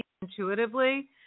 Intuitively